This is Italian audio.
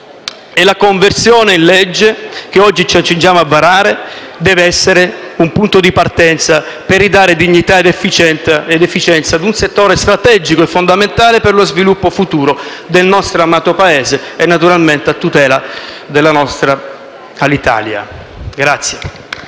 del decreto-legge che oggi ci accingiamo a varare deve essere un punto di partenza per ridare dignità ed efficienza ad un settore strategico e fondamentale per lo sviluppo futuro del nostro amato Paese e, naturalmente, a tutela della nostra Alitalia.